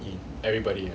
everybody